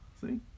see